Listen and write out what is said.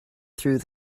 through